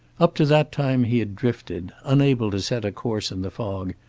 up to that time he had drifted, unable to set a course in the fog,